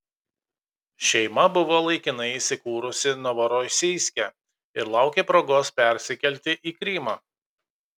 šeima buvo laikinai įsikūrusi novorosijske ir laukė progos persikelti į krymą